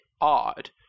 odd